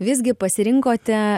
visgi pasirinkote